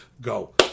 go